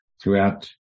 throughout